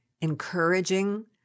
encouraging